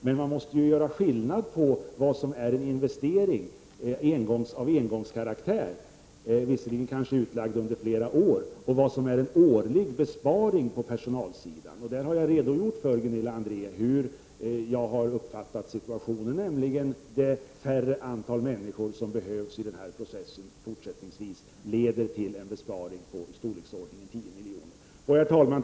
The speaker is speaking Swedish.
Men man måste skilja mellan vad som är en investering av engångskaraktär — visserligen utlagd över flera år — och vad som är en årlig besparing på personalsidan. Jag har redogjort för Gunilla André hur jag har uppfattat situationen, nämligen att det färre antal människor som fortsättningsvis behövs i den här processen leder till en besparing i storleksordningen 10 miljoner. Herr talman!